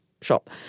shop